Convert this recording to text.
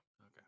Okay